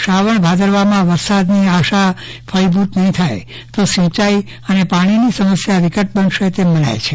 શ્રાવણ ભાદરવામાં વરસાદની આશા ફળીભૂતનહીં થાય તો સિંચાઈ અને પાણીની સમસ્યા વિકટ બનશે તેવું મનાય છે